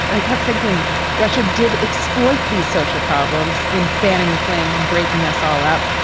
i kept thinking russia did exploit these social problems in fanning the flames and breaking us all up.